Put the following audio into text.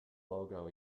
logo